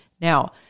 Now